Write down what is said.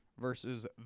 versus